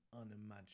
unimaginable